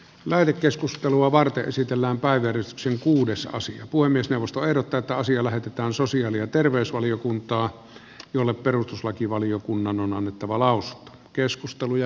lähetekeskustelua varten esitellään päivitysksen kuudes osa puhemiesneuvosto eroteta asia lähetetään sosiaali ja terveysvaliokuntaan jolle perustuslakivaliokunnan on annettava lausunto